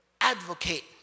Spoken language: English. Advocate